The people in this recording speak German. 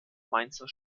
mainzer